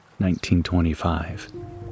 1925